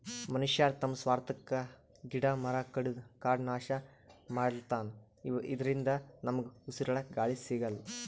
ಮನಶ್ಯಾರ್ ತಮ್ಮ್ ಸ್ವಾರ್ಥಕ್ಕಾ ಗಿಡ ಮರ ಕಡದು ಕಾಡ್ ನಾಶ್ ಮಾಡ್ಲತನ್ ಇದರಿಂದ ನಮ್ಗ್ ಉಸ್ರಾಡಕ್ಕ್ ಗಾಳಿ ಸಿಗಲ್ಲ್